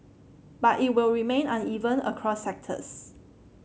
but it will remain uneven across sectors